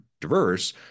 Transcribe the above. diverse